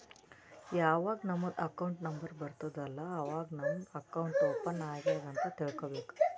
ಯಾವಾಗ್ ನಮುಗ್ account number ಬರ್ತುದ್ ಅಲ್ಲಾ ಅವಾಗೇ ನಮ್ದು ಅಕೌಂಟ್ ಓಪನ್ ಆಗ್ಯಾದ್ ಅಂತ್ ತಿಳ್ಕೋಬೇಕು